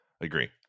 agree